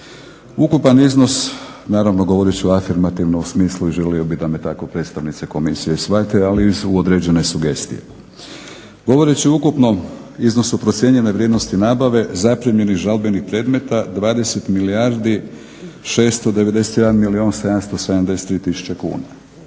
Ukupan iznos, naravno govorit ću afirmativno u smislu i želio bih da me tako predstavnice komisije shvate ali i uz određene sugestije. Govoreći o ukupnom iznosu procijenjene vrijednosti nabave zaprimljenih žalbenih predmeta 20 milijardi 691 milijun 773 tisuće kuna